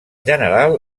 general